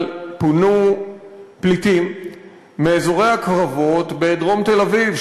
פונו פליטים מאזורי הקרבות בדרום תל-אביב,